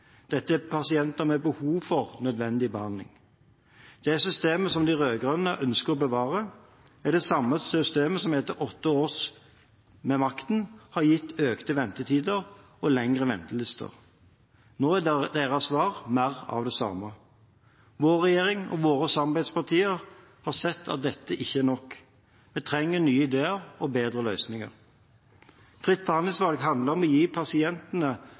Dette er pasienter med behov for nødvendig behandling. Det systemet som de rød-grønne ønsker å bevare, er det samme systemet som etter deres åtte år ved makten har gitt økte ventetider og lengre ventelister. Nå er deres svar: mer av det samme. Vår regjering og våre samarbeidspartier har sett at dette ikke er nok. Vi trenger nye ideer og bedre løsninger. Fritt behandlingsvalg handler om å gi pasientene